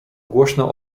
głośno